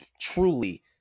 truly